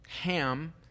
Ham